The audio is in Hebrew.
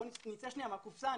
בואו נצא מהקופסה.